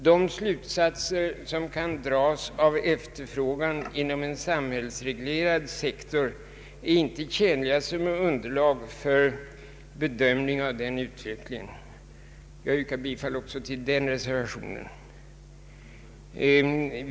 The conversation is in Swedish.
De slutsatser som kan dras av efterfrågan inom en samhällsreglerad sektor är inte tjänliga som underlag för bedömning av den utvecklingen. Jag yrkar bifall också till den reservationen.